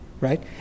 right